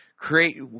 create